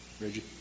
Reggie